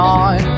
on